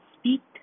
Speak